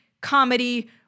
comedy